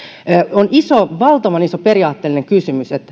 on valtavan iso periaatteellinen kysymys